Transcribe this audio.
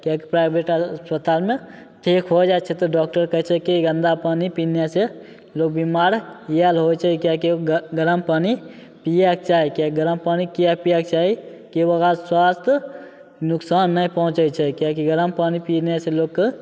किएकि प्राइवेट अस्पतालमे ठीक हो जाइ छै तऽ डाकटर कहै छै कि गन्दा पानी पिनेसे लोक बेमार इएह लै होइ छै किएकि गरम पानी पिएके चाही किएकि गरम पानी किएक पिएके चाही कि ओकरासे स्वास्थ्यके नोकसान नहि पहुँचै छै किएकि गरम पानी पिनेसे लोकके